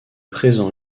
présent